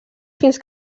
fins